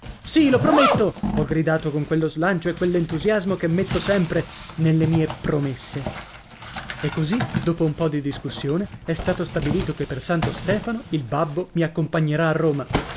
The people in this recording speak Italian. sì lo prometto ho gridato con quello slancio e quell'entusiasmo che metto sempre nelle mie promesse e così dopo un po dì discussione è stato stabilito che per santo stefano il babbo mi accompagnerà a roma